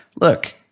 look